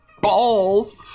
balls